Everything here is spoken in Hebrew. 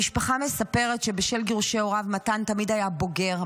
המשפחה מספרת שבשל גירושי הוריו מתן תמיד היה בוגר,